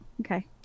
Okay